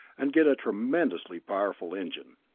and get a tremendously powerful engine.